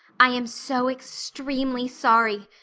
i am so extremely sorry,